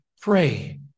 Pray